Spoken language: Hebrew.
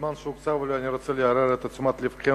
בזמן שהוקצב לי אני רוצה לעורר את תשומת לבכם